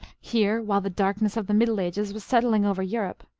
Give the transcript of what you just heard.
here, while the darkness of the middle ages was settling over europe,